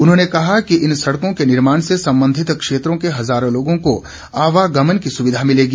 उन्होंने कहा कि इन सड़कों के निर्माण से संबंधित क्षेत्रों के हजारों लोगों को आवागमन की सुविधा मिलेगी